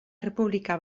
errepublika